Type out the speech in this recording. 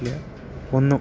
ഒന്നു